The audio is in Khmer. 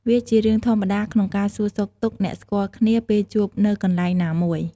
វាជារឿងធម្មតា ក្នុងការសួរសុខទុក្ខអ្នកស្គាល់គ្នាពេលជួបនៅកន្លែងណាមួយ។